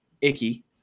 Icky